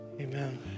Amen